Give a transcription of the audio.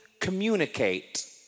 communicate